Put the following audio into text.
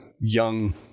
young